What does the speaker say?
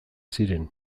ziren